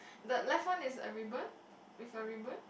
but left one is a ribbon with a ribbon